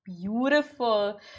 Beautiful